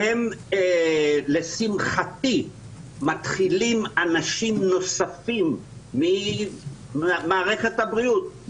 ולשמחתי מתחילים בהם אנשים נוספים ממערכת הבריאות,